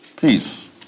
peace